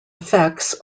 effects